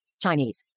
Chinese